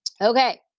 okay